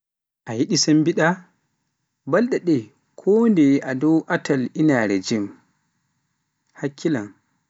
A yiɗi sembiɗa, balɗe ɗe kondeye a dow atal inaare fijirde gym, hakkilan.